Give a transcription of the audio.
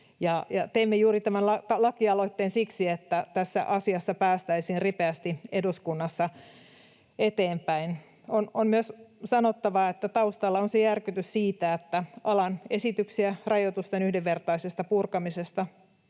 Teimme tämän lakialoitteen juuri siksi, että tässä asiassa päästäisiin ripeästi eduskunnassa eteenpäin. On myös sanottava, että taustalla on järkytys siitä, että alan esityksiä rajoitusten yhdenvertaisesta purkamisesta,